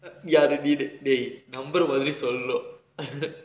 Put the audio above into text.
ya repeated day numbers always a lot